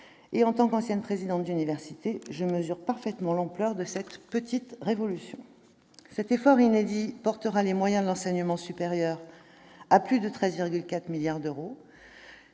En tant qu'ancienne présidente d'université, je mesure parfaitement l'ampleur de cette petite révolution. Cet effort inédit portera les moyens de l'enseignement supérieur à plus de 13,4 milliards d'euros